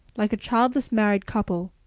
like a childless married couple,